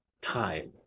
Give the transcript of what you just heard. time